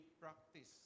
practice